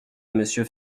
monsieur